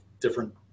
different